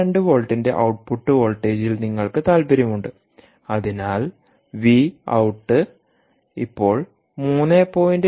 2 വോൾട്ടിന്റെ ഔട്ട്പുട്ട് വോൾട്ടേജിൽ നിങ്ങൾക്ക് താൽപ്പര്യമുണ്ട് അതിനാൽ വി ഔട്ട് ഇപ്പോൾ 3